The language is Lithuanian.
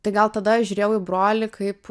tai gal tada aš žiūrėjau į brolį kaip